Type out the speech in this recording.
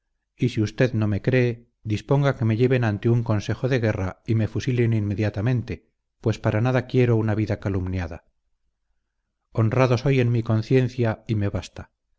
y si usted no me cree disponga que me lleven ante un consejo de guerra y me fusilen inmediatamente pues para nada quiero una vida calumniada honrado soy en mi conciencia y me basta